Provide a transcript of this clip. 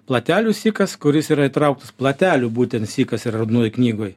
platelių sykas kuris yra įtrauktas platelių būtent sykas yra raudonojoj knygoj